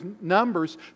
numbers